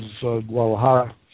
Guadalajara